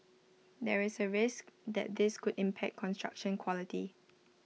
there is A risk that this could impact construction quality